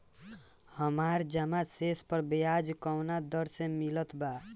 हमार जमा शेष पर ब्याज कवना दर से मिल ता?